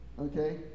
Okay